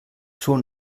schon